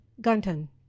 Gunton